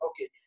okay